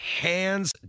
hands